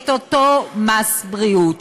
את מס הבריאות.